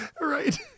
Right